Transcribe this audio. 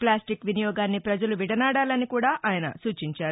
ప్లాస్లిక్ వినియోగాన్ని ప్రజలు విడనాడాలని కూడా ఆయన సూచించారు